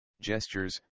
gestures